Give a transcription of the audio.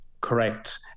Correct